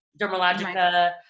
Dermalogica